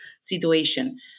situation